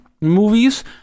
movies